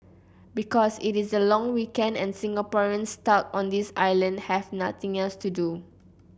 because it is the long weekend and Singaporeans stuck on this island have nothing else to do